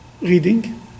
reading